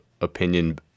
opinion